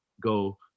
go